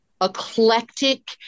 eclectic